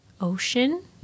ocean